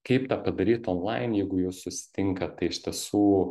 kaip tą padaryt onlain jeigu jūs susitinkat tai iš tiesų